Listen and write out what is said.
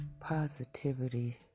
positivity